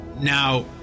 Now